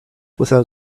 without